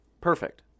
Perfect